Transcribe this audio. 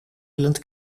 island